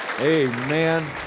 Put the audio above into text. Amen